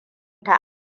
ta